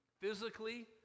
physically